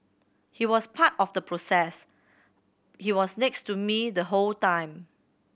he was part of the process he was next to me the whole time